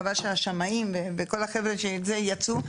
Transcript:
חבל שהשמאים וכל החבר'ה של זה יצאו.